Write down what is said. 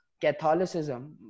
Catholicism